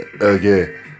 Okay